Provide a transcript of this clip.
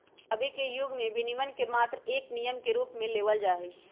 अभी के युग में विनियमन के मात्र एक नियम के रूप में लेवल जाहई